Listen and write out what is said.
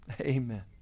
Amen